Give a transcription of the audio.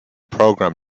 program